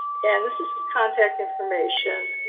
and this is his contact information.